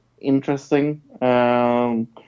interesting